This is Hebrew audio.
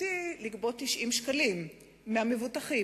זכותי לגבות 90 שקלים מהמבוטחים,